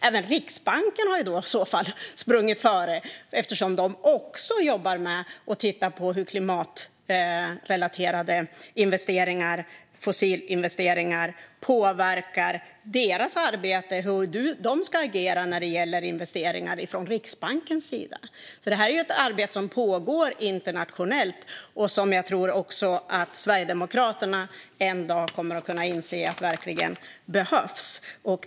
Även Riksbanken har i så fall sprungit före eftersom de också jobbar med att titta på hur klimatrelaterade investeringar och fossilinvesteringar påverkar deras arbete och hur de ska agera när det gäller investeringar från deras sida. Det här är ett arbete som pågår internationellt, och jag tror att Sverigedemokraterna en dag kommer att inse att det verkligen behövs.